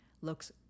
looks